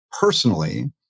personally